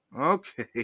Okay